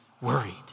worried